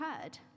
heard